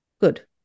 Good